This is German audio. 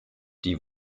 die